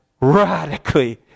radically